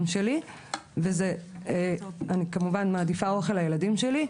שלי ואני כמובן מעדיפה אוכל לילדים שלי.